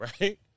right